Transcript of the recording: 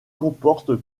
comporte